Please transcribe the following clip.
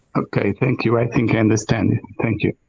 okay. thank you. i think i understand it. and thank you.